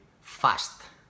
fast